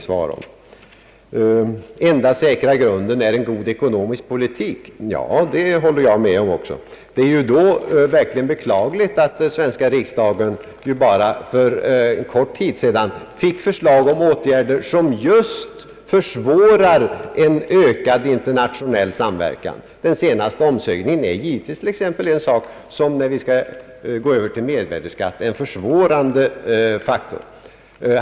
Den enda säkra grunden är en god ekonomisk politik, sa herr Wickman. Ja, det håller även jag med om. Det är ju då verkligen beklagligt att den svenska riksdagen bara för en kort tid sedan fick förslag om åtgärder som just skulle försvåra en ökad internationell Ang. Sveriges handelspolitik samverkan. Den senaste omshöjningen är givetvis en försvårande faktor, när vi skall gå över till mervärdeskatt.